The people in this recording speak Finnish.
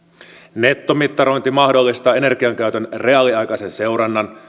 nettomittarointi mahdollistaa energiankäytön reaaliaikaisen seurannan ja